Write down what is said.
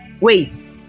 wait